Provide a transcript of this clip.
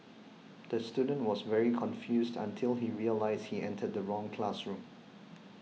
the student was very confused until he realised he entered the wrong classroom